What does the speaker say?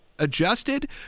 adjusted